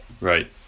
right